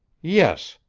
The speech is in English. yes,